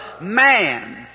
man